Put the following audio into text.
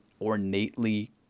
ornately